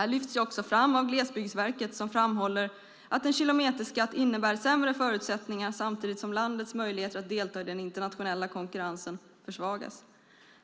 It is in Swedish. Det lyfts också fram av Glesbygdsverket som framhåller att en kilometerskatt innebär sämre förutsättningar samtidigt som landets möjligheter att delta i den internationella konkurrensen försvagas.